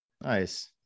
Nice